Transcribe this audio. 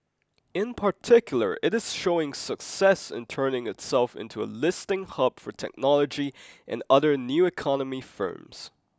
in particular it is showing success in turning itself into a listing hub for technology and other new economy firms